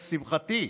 לשמחתי,